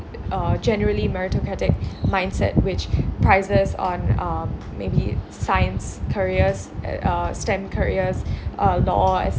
uh generally meritocratic mindset which prizes on um maybe science careers uh S_T_E_M careers uh law